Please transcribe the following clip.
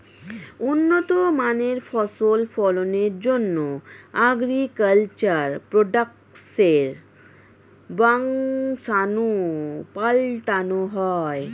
উন্নত মানের ফসল ফলনের জন্যে অ্যাগ্রিকালচার প্রোডাক্টসের বংশাণু পাল্টানো হয়